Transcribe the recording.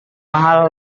mahal